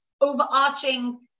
overarching